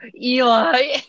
eli